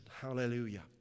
Hallelujah